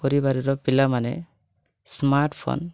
ପରିବାରର ପିଲାମାନେ smart phone